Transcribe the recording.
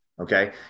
okay